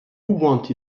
want